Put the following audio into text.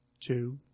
two